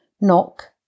Knock